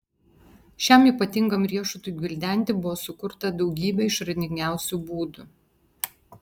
šiam ypatingam riešutui gvildenti buvo sukurta daugybė išradingiausių būdų